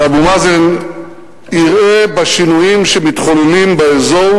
שאבו מאזן יראה בשינויים שמתחוללים באזור